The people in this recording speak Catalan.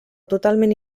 totalment